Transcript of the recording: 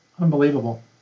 Unbelievable